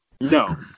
No